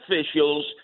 officials